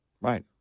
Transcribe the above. Right